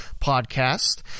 podcast